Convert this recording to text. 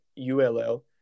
ULL